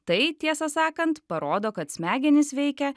tai tiesą sakant parodo kad smegenys veikia